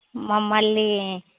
మమ్మల్ని